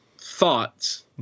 thoughts